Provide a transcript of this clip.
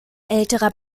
älterer